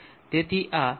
તેથી આ 17